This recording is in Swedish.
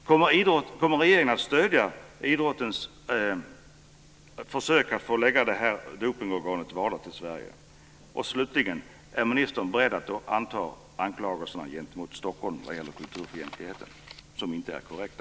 Kommer regeringen att stödja idrottens försök att förlägga dopningsorganet WADA till Sverige? Är ministern beredd att återta anklagelserna gentemot Stockholm vad gäller kulturfientligheten, som inte är korrekta?